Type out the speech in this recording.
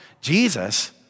Jesus